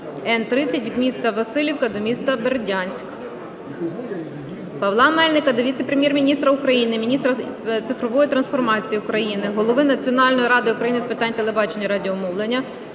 Н-30 від міста Василівка до міста Бердянськ. Павла Мельника до віце-прем'єр-міністра – міністра цифрової трансформації України, голови Національної ради України з питань телебачення і радіомовлення